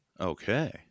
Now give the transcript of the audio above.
Okay